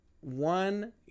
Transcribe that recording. one